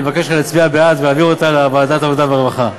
אני מבקש להצביע בעד ולהעביר אותה לוועדת העבודה והרווחה.